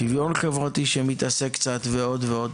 שוויון חברתי שמתעסק קצת ועוד ועוד.